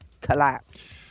collapse